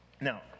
now